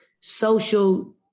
social